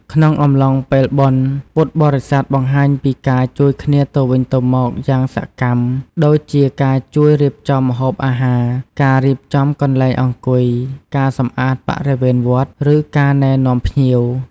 ក្នុងអំឡុងពេលបុណ្យ ពុទ្ធបរិស័ទបង្ហាញពីការជួយគ្នាទៅវិញទៅមកយ៉ាងសកម្ម ដូចជាការជួយរៀបចំម្ហូបអាហារ ការរៀបចំកន្លែងអង្គុយ ការសម្អាតបរិវេណវត្ត ឬការណែនាំភ្ញៀវ។